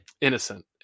innocent